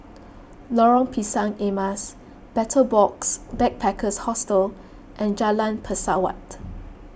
Lorong Pisang Emas Betel Box Backpackers Hostel and Jalan Pesawat